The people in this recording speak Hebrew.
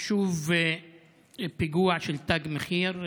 שוב פיגוע של תג מחיר: